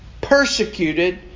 persecuted